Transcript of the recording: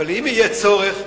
אבל אם יהיה צורך,